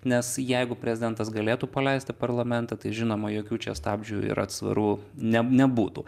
nes jeigu prezidentas galėtų paleisti parlamentą tai žinoma jokių čia stabdžių ir atsvarų ne nebūtų